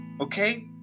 Okay